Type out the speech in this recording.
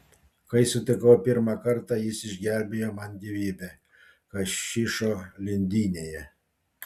kai sutikau pirmą kartą jis išgelbėjo man gyvybę hašišo lindynėje